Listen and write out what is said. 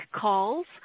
calls